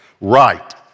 Right